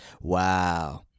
Wow